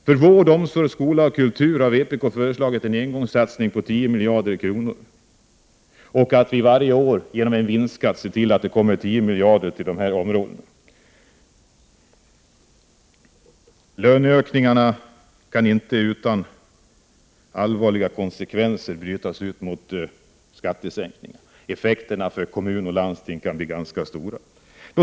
För vård, omsorg, skola och kultur har vpk föreslagit en engångssatsning på 10 miljarder kronor och att vi varje år genom en vinstskatt ser till att det kommer 10 miljarder till dessa områden. Löneökningar kan inte utan allvarliga konsekvenser bytas ut mot skattesänkningar. Effekterna för kommuner och landsting kan bli ganska stora.